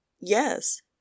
yes